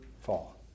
fall